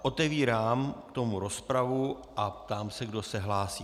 Otevírám k tomu rozpravu a ptám se, kdo se hlásí.